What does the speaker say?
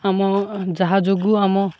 ଆମ ଯାହା ଯୋଗୁଁ ଆମ